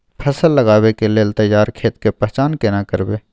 फसल लगबै के लेल तैयार खेत के पहचान केना करबै?